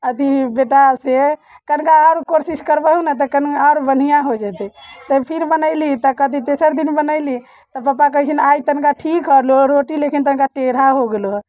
अथि बेटा से कनिका आओर कोशिश करबहुँ ने तऽ कनि आओर बढ़िआँ हो जयतै तऽ फिर बनयली तऽ कथि तेसर दिन बनयली तऽ पापा कहैत छथिन आइ तनिका ठीक रहलो रोटी लेकिन तनिका टेढ़ा हो गेलो हंँ